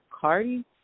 Cardi